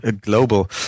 global